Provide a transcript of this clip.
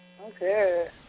Okay